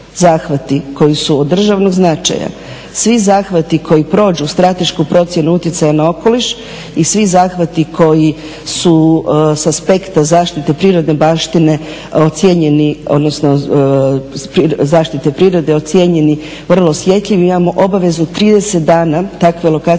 koji su od državnog značaja, svi zahvati koji prođu stratešku procjenu utjecaja na okoliš i svi zahvati koji su sa aspekta prirodne baštine ocijenjeni odnosno zaštite prirode ocijenjeni vrlo osjetljivi imamo obavezu 30 dana takve lokacijske